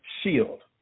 shield